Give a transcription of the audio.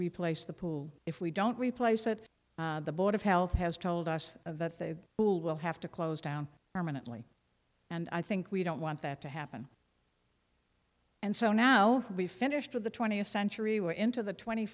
replace the pool if we don't replace it the board of health has told us that the pool will have to close down permanently and i think we don't want that to happen and so now we finished with the twentieth century we're into the twenty